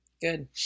good